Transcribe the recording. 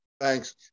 thanks